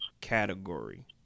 category